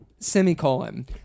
Semicolon